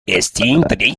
esteemed